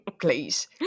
please